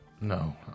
No